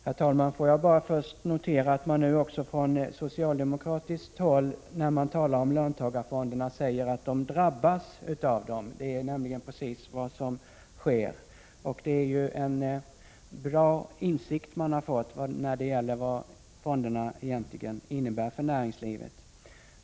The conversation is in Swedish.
Herr talman! Får jag bara först notera att man nu också från socialdemokratiskt håll, när man talar om löntagarfonderna, säger att företagen drabbas av dem. Det är nämligen precis vad som sker. Det är en bra insikt man har fått om vad fonderna egentligen innebär för näringslivet.